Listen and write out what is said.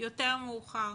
יותר מאוחר,